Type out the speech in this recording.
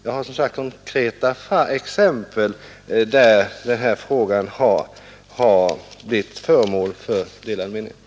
Jag känner till konkreta fall där det har rått delade meningar i denna fråga.